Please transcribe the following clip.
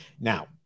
Now